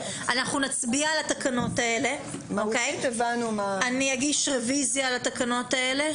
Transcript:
אנחנו נצביע על התקנות האלה ואני אגיש רביזיה על התקנות האלה.